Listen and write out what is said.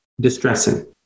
distressing